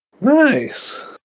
Nice